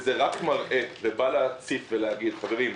זה רק מראה ובא להציף ולהגיד: חברים,